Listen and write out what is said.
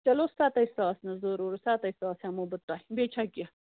چلو ستے ساس نہٕ ضروٗر ستے ساس ہٮ۪مو بہٕ تۄہہِ بیٚیہِ چھا کیٚنٛہہ